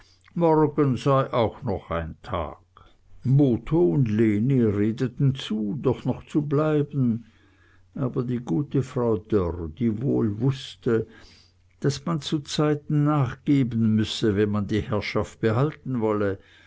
sei auch noch ein tag botho und lene redeten zu doch noch zu bleiben aber die gute frau dörr die wohl wußte daß man zuzeiten nachgeben müsse wenn man die herrschaft behalten wolle